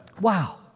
Wow